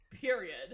period